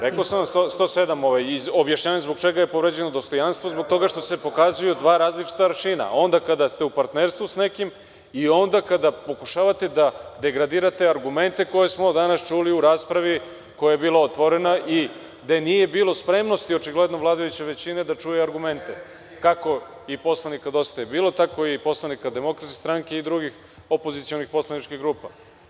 Rekao sam vam, član 107. i objašnjavam vam zbog čega je povređeno dostojanstvo, jer se pokazuju dva različita aršina, onda kada ste u partnerstvu sa nekim i onda kada pokušavate da degradirate argumente koje smo danas čuli u raspravi koja je bila otvorena i gde nije bilo spremnosti, očigledno, vladajuće većine da čuje argumente, kako i poslanika Dosta je bilo, tako i poslanika DS i drugih opozicionih poslaničkih grupa.